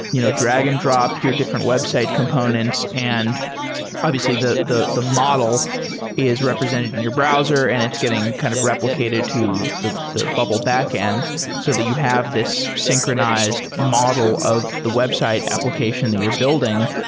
you know drag and drop your different website components. and obviously, the the model is represented in your browser and it's getting kind of replicated to the the bubble backend so that you have this synchronized model of the website application that you're building.